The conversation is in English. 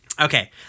okay